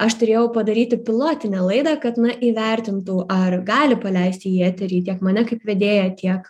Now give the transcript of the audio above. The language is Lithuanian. aš turėjau padaryti pilotinę laidą kad na įvertintų ar gali paleisti į į eterį tiek mane kaip vedėją tiek